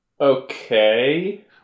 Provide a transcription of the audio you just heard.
Okay